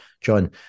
John